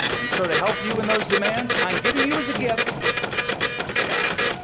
and so to help you in those demands, i'm giving you as a gift a staff.